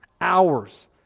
Hours